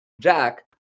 Jack